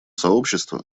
сообщества